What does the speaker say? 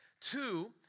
Two